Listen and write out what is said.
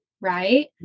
right